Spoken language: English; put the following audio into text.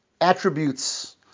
attributes